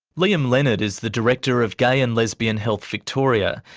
liam leonard is the director of gay and lesbian health victoria.